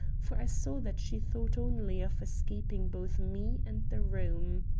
for i saw that she thought only of escaping both me and the room.